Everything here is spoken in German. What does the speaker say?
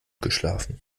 geschlafen